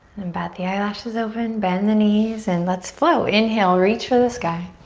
then bat the eyelashes open, bend the knees and let's flow. inhale, reach for the sky.